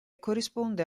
corrisponde